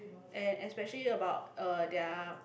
and especially about uh their